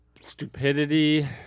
stupidity